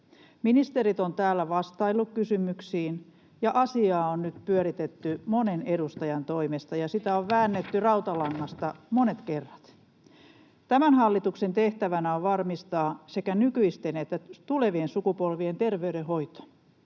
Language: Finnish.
Ministerit ovat täällä vastailleet kysymyksiin, ja asiaa on nyt pyöritetty monen edustajan toimesta, ja sitä on väännetty rautalangasta monet kerrat. Tämän hallituksen tehtävänä on varmistaa sekä nykyisten että tulevien sukupolvien terveydenhoito.